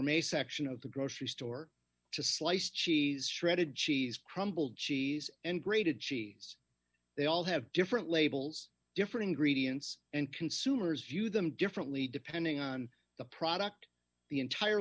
a section of the grocery store sliced cheese shredded cheese crumbled cheese and grated cheese they all have different labels different ingredients and consumers view them differently depending on the product the entire